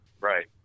Right